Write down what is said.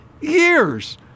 years